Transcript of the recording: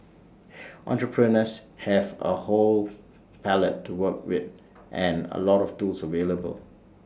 entrepreneurs have A whole palette to work with and A lot of tools available